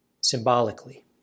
symbolically